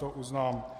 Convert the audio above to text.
To uznám.